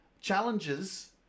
challenges